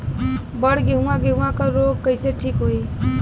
बड गेहूँवा गेहूँवा क रोग कईसे ठीक होई?